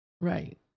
right